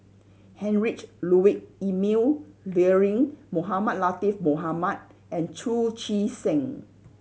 Heinrich Ludwig Emil Luering Mohamed Latiff Mohamed and Chu Chee Seng